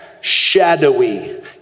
shadowy